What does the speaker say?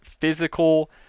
physical